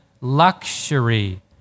luxury